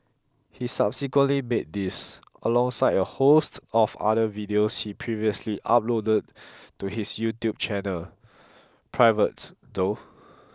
he subsequently made these alongside a host of other videos he previously uploaded to his YouTube channel private though